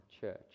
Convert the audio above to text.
church